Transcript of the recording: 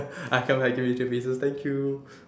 ah come I give you three pieces thank you